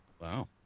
Wow